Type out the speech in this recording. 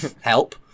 help